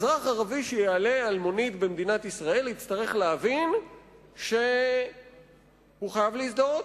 אזרח ערבי שיעלה על מונית במדינת ישראל יצטרך להבין שהוא חייב להזדהות,